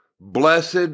Blessed